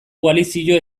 koalizio